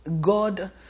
God